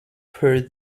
per